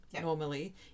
normally